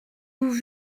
vous